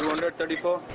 and thirty four.